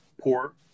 poor